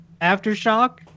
aftershock